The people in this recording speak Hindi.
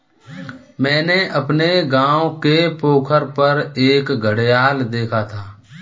मैंने अपने गांव के पोखर पर एक घड़ियाल देखा था